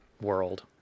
world